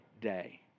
day